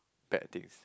bad things